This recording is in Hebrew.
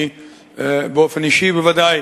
אני באופן אישי בוודאי